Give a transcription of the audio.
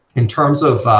in terms of,